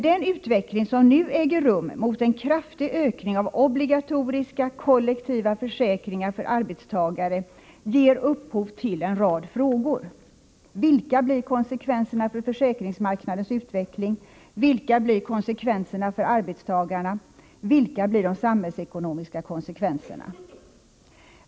Den utveckling som nu äger rum mot en kraftig ökning av obligatoriska, kollektiva försäkringar för arbetstagare ger emellertid upphov till en rad frågor. Vilka blir konsekvenserna för försäkringsmarknadens utveckling? Vilka blir konsekvenserna för arbetstagarna? Vilka blir de samhällsekonomiska konsekvenserna?